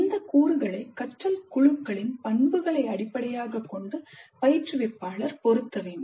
இந்தக் கூறுகளை கற்றல் குழுக்களின் பண்புகளை அடிப்படையாகக் கொண்டு பயிற்றுவிப்பாளர் பொருத்த வேண்டும்